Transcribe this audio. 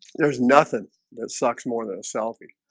there's nothing that sucks more than a selfie